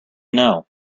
know